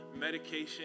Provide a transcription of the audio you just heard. medication